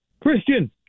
Christian